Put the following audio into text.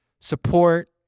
support